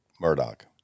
Murdoch